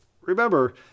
remember